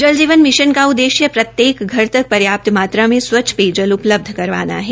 जल जीवन मिशन का उद्देश्य प्रत्येक घर तक पर्याप्त मात्रा में सवच्छ पेयजल उपलब्ध कराना है